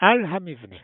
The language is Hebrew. על המבנה